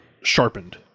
sharpened